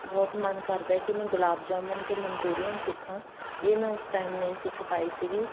ਬਹੁਤ ਮਨ ਕਰਦਾ ਕਿ ਮੈਂ ਗੁਲਾਬ ਜਾਮਣ ਅਤੇ ਮਨਚੂਰੀਅਨ ਸਿੱਖਾਂ ਇਹ ਮੈਂ ਉਸ ਟਾਈਮ ਨਹੀਂ ਸਿੱਖ ਪਾਈ ਸੀਗੀ